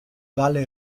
vale